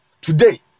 today